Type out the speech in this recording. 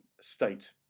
state